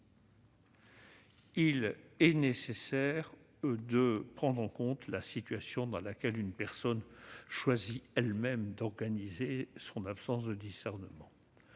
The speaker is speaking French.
-il est nécessaire de prendre en compte la situation dans laquelle une personne choisit elle-même d'organiser son absence de discernement.